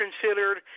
considered